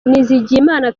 nizigiyimana